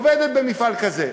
עובדת במפעל כזה,